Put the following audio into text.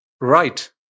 right